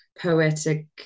poetic